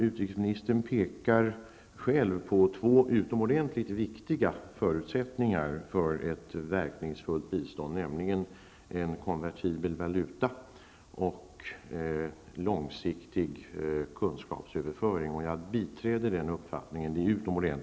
Utrikesministern pekar själv på två utomordentligt viktiga förutsättningar för ett verkningsfullt bistånd, nämligen en konvertibel valuta och en långsiktig kunskapsöverföring. Jag biträder den uppfattningen.